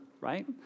right